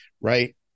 right